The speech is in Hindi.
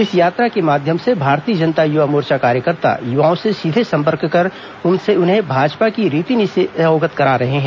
इस यात्रा के माध्यम से भाजयुमो कार्यकर्ता युवाओं से सीधे संपर्क कर उन्हें भाजपा की रीति नीति से अवगत करा रहे हैं